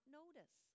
notice